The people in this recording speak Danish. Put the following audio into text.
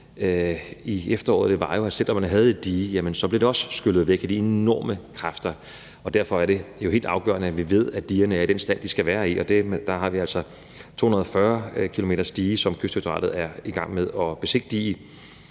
i efteråret, var jo, at selv om man der var et dige, så blev det også skyllet væk af de enorme kræfter. Derfor er det jo helt afgørende, at vi ved, at digerne er i den stand, de skal være i. Og der har vi altså 240 km's dige, som Kystdirektoratet er i gang med at besigtige –